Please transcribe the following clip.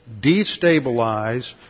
destabilize